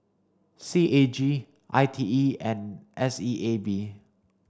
C A G I T E and S E A B